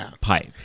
pipe